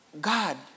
God